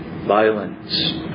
violence